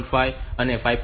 5 અને 5